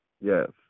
yes